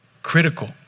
critical